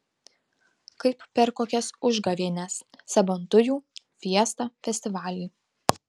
kaip per kokias užgavėnes sabantujų fiestą festivalį